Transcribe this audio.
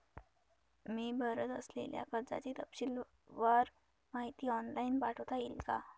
मी भरत असलेल्या कर्जाची तपशीलवार माहिती ऑनलाइन पाठवता येईल का?